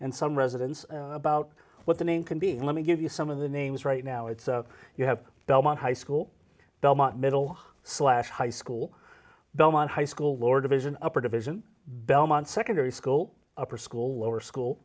and some residents about what the name can be let me give you some of the names right now it's you have belmont high school middle slash high school belmont high school or division upper division belmont secondary school upper school lower school